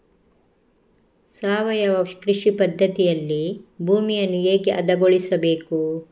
ಸಾವಯವ ಕೃಷಿ ಪದ್ಧತಿಯಲ್ಲಿ ಭೂಮಿಯನ್ನು ಹೇಗೆ ಹದಗೊಳಿಸಬೇಕು?